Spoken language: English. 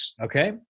Okay